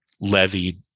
levied